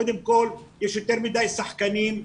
קודם כל יש יותר מדי שחקנים,